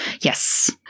Yes